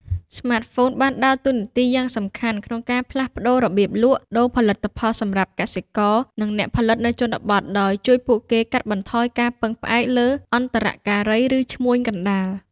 ស្មាតហ្វូនបានដើរតួនាទីយ៉ាងសំខាន់ក្នុងការផ្លាស់ប្ដូររបៀបលក់ដូរផលិតផលសម្រាប់កសិករ និងអ្នកផលិតនៅជនបទ ដោយជួយពួកគេ កាត់បន្ថយការពឹងផ្អែកលើអន្តរការី ឬឈ្មួញកណ្ដាល។